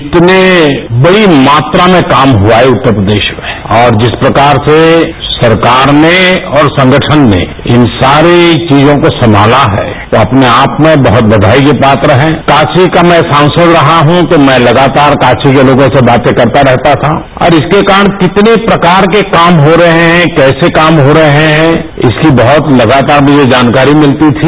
जितनी बड़ी मात्रा में काम हुआ है उत्तर प्रदेश में और जिस प्रकार से सरकार ने और संगठन ने इन सारी चीजों को संगता है वह अपने आप में बहुत बधाई के पात्र हैं काशी का मैं सांसद रहा हूं तो मैं लगातार काशी के लोगों से बातें करता रहता था और इसके कारण कितने प्रकार के लगातार मुझे जानकारी मिलती थी